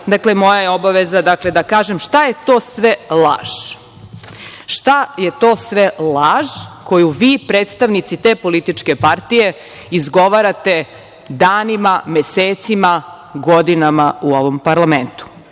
glasali, moja obaveza je da kažem šta je to sve laž koju vi, predstavnici te političke partije, izgovarate danima, mesecima, godinama u ovom parlamentu.